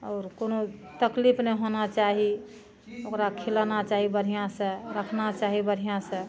आओर कोनो तकलीफ नहि होना चाही ओकरा खिलाना चाही बढ़िऑं सऽ रखना चाही बढ़िऑं सऽ